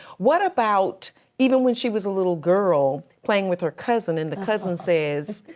what about even when she was a little girl, playing with her cousin and the cousin says,